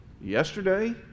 yesterday